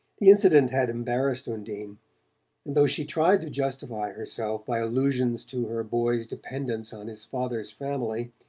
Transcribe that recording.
the incident had embarrassed undine, and though she tried to justify herself by allusions to her boy's dependence on his father's family,